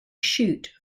chute